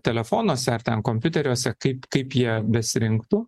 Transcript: telefonuose ar ten kompiuteriuose kaip kaip jie besirinktų